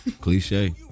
Cliche